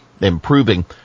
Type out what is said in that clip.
improving